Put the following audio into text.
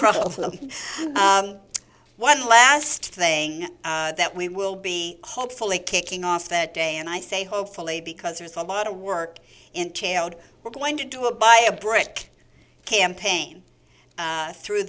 y one last thing that we will be hopefully kicking off that day and i say hopefully because there's a lot of work entailed we're going to do a buy a brick campaign through